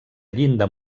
llinda